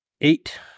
Eight